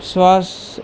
श्वास